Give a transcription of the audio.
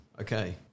okay